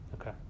Okay